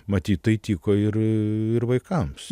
matyt tai tiko irir vaikams